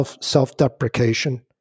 self-deprecation